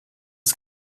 ist